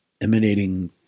emanating